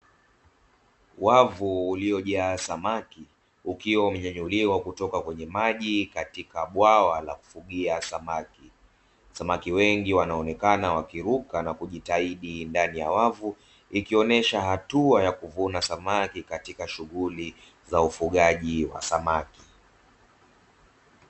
Wavu uliojaa samaki, ukiwa umenyenyuliwa kutoka kwenye maji katika bwawa la kufugia samaki, samaki wengi wanaonekana wakiruka na kujitahidi ndani ya wavu, ikionesha hatua ya kuvuna samaki, katika shughuli za ufugaji wa samaki.